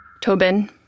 Tobin